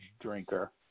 drinker